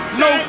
no